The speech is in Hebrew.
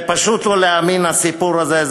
זה פשוט לא להאמין, הסיפור הזה.